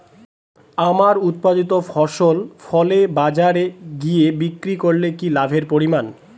আমার উৎপাদিত ফসল ফলে বাজারে গিয়ে বিক্রি করলে কি লাভের পরিমাণ?